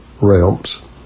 realms